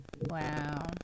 Wow